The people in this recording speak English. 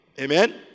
Amen